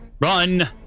run